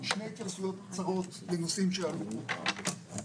שתי התייחסויות קצרות לנושאים שעלו פה.